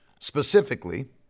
specifically